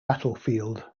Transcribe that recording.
battlefield